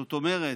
זאת אומרת,